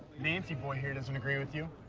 nancy boy here doesn't agree with you.